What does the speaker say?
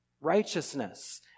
righteousness